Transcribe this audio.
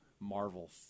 Marvel